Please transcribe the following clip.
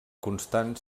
constant